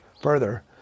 further